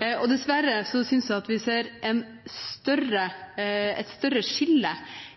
nå. Dessverre synes jeg at vi ser et større skille